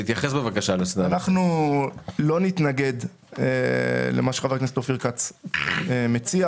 לא נתנגד למה שחבר הכנסת אופיר כץ מציע,